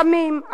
סמים,